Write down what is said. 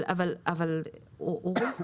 אבל אורי,